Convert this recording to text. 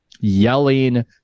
yelling